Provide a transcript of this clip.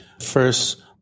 First